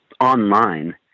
online